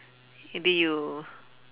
maybe you